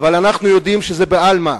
אבל אנחנו יודעים שזה דברים בעלמא.